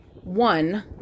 one